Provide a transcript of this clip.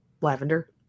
lavender